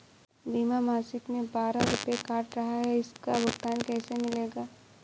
बीमा मासिक में बारह रुपय काट रहा है इसका भुगतान कैसे मिलेगा?